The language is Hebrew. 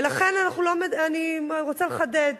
ולכן אני רוצה לחדד,